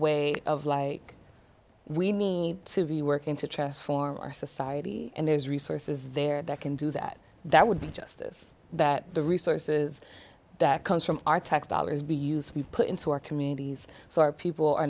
way of like we need to be working to transform our society and there's resources there that can do that that would be justice that the resources that comes from our tax dollars be used to be put into our communities so our people are